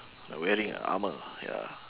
wearing a armour ya